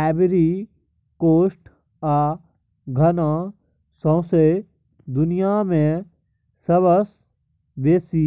Ivory Coast आ Ghana सौंसे दुनियाँ मे सबसँ बेसी